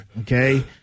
Okay